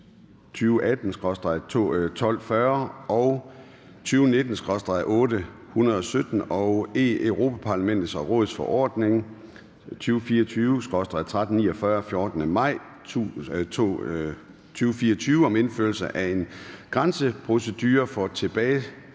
2018/1240 og (EU) 2019/817 og Europa-Parlamentets og Rådets forordning (EU) 2024/1349 af 14. maj 2024 om indførelse af en grænseprocedure for tilbagesendelse